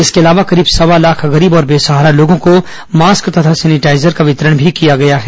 इसके अलावा कशीब सवा लाख गरीब और बेसहारा लोगों को मास्क तथा सेनिटाईजर का वितरण भी किया गया है